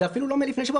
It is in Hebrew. זה אפילו לא מלפני שבוע,